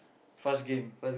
fast game